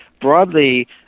broadly